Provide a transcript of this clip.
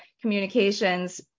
communications